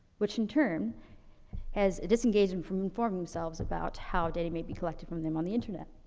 which in turn has disengaged them from informing themselves about how data may be collected from them on the internet.